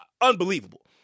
unbelievable